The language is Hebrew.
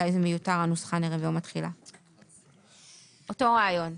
אותו רעיון.